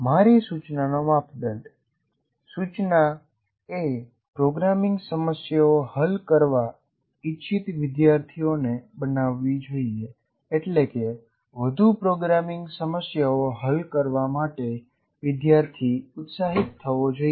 મારી સૂચનાનો માપદંડ સૂચના એ પ્રોગ્રામિંગ સમસ્યાઓ હલ કરવા ઇચ્છતા વિદ્યાર્થીઓને બનાવવી જોઈએ એટલે કે વધુ પ્રોગ્રામિંગ સમસ્યાઓ હલ કરવા માટે વિદ્યાર્થી ઉત્સાહિત થવો જોઈએ